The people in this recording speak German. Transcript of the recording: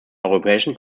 europäischen